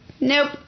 Nope